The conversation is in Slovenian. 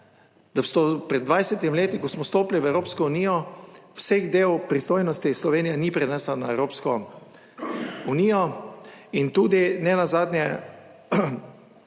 da pred 20 leti, ko smo vstopili v Evropsko unijo, vseh del pristojnosti Slovenija ni prenesla na Evropsko unijo; in tudi nenazadnje